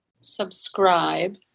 subscribe